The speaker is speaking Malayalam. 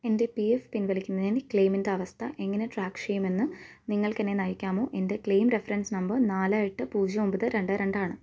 എൻ്റെ പി എഫ് പിൻവലിക്കുന്നതിന് ക്ലെയിമിൻ്റെ അവസ്ഥ എങ്ങനെ ട്രാക്ക് ചെയ്യുമെന്ന് നിങ്ങൾക്ക് എന്നെ നയിക്കാമോ എൻ്റെ ക്ലെയിം റെഫറൻസ് നമ്പർ നാല് എട്ട് പൂജ്യം ഒമ്പത് രണ്ട് രണ്ടാണ്